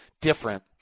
different